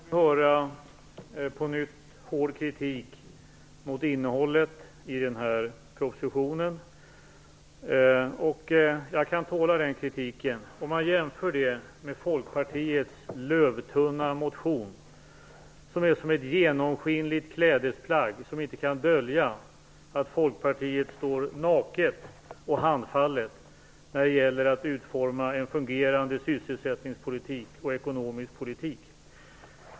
Fru talman! Här får vi på nytt höra hård kritik mot innehållet i propositionen. Jag kan tåla den kritiken. Man kan jämföra med Folkpartiets lövtunna motion, som är som ett genomskinligt klädesplagg som inte kan dölja att Folkpartiet står naket och handfallet när det gäller att utforma en fungerande sysselsättningspolitik och ekonomisk politik.